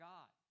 God